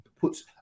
puts